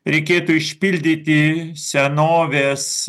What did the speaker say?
reikėtų išpildyti senovės